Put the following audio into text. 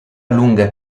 lunga